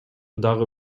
дагы